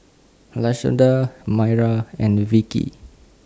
Lashonda Myra and Vickey